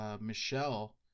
Michelle